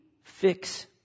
fix